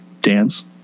dance